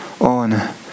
on